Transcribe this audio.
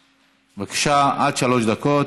בבקשה, עד שלוש דקות.